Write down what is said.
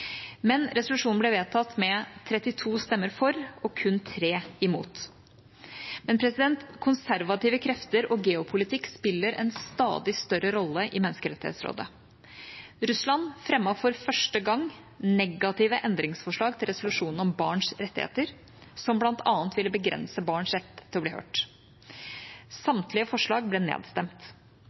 Men resolusjonen ble vedtatt med 32 stemmer for og kun 3 imot. Konservative krefter og geopolitikk spiller en stadig større rolle i Menneskerettighetsrådet. Russland fremmet for første gang negative endringsforslag til resolusjonen om barns rettigheter, som bl.a. ville begrense barns rett til å bli hørt. Samtlige forslag ble nedstemt.